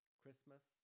Christmas